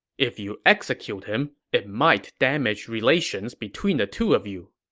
if you execute him, it might damage relations between the two of you.